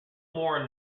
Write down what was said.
more